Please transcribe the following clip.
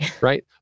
right